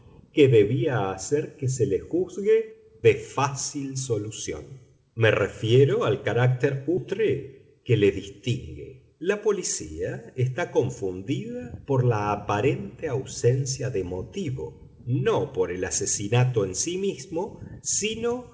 que debía hacer que se le juzgue de fácil solución me refiero al carácter outré que le distingue la policía está confundida por la aparente ausencia de motivo no por el asesinato en sí mismo sino